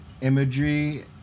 imagery